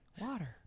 water